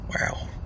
Wow